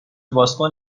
بازکن